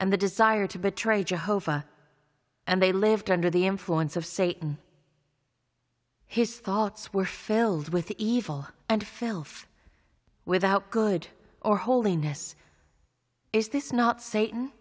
and the desire to betray jehovah and they lived under the influence of satan his thoughts were filled with evil and filth without good or holiness is this not satan